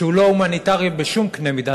שהוא לא הומניטרי בשום קנה מידה,